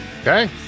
Okay